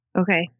Okay